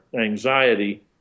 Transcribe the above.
anxiety